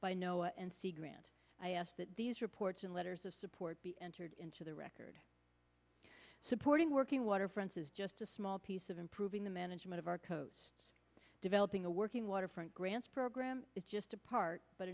by know and see grant i ask that these reports and letters of support be entered into the record supporting working waterfronts is just a small piece of improving the management of our coasts developing a working waterfront grants program is just a part but